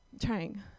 Trying